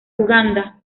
uganda